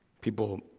People